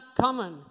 common